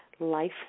life